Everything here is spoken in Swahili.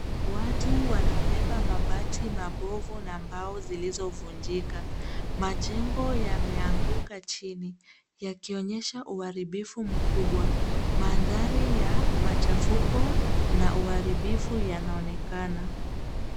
Watu wanabeba mabati mabovu na mbao zilizovunjika. Majengo yameanguka chini yakionyesha uharibifu mkubwa. Mandhari ya machafuko na uharibifu yanaonekana.